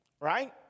Right